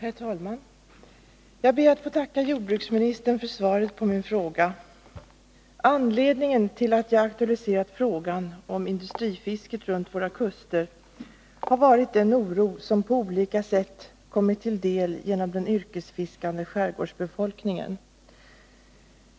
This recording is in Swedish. Herr talman! Jag ber att få tacka jordbruksministern för svaret på min fråga. Anledningen till att jag har aktualiserat frågan om industrifisket runt våra kuster har varit den oro som på olika sätt kommit mig till del genom den yrkesfiskande skärgårdsbefolkningen.